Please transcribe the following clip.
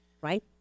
right